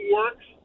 works